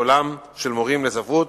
קולם של מורים לספרות'